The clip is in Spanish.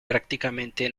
prácticamente